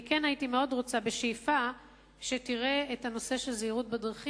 הייתי מאוד רוצה שתראה את מערכת החינוך